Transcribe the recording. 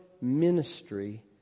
ministry